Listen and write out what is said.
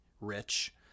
rich